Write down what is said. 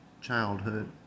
childhood